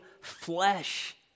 flesh